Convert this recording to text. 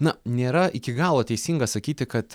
na nėra iki galo teisinga sakyti kad